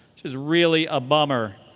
which is really a bummer.